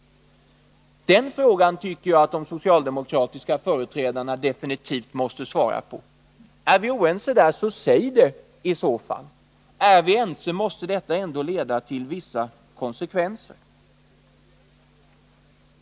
Den frågan tycker jag att de socialdemokratiska företrädarna definitivt måste svara på. Är vi oense på den punkten, säg det i så fall! Är vi ense, då måste det leda till vissa konsekvenser.